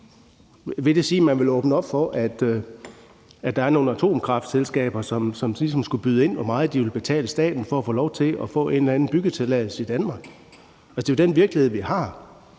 Vil det sige, at man vil åbne op for, at der er nogle atomkraftselskaber, som ligesom skulle byde ind med, hvor meget de vil betale staten for at få lov til at få en eller anden byggetilladelse i Danmark? Det er jo den virkelighed, vi har.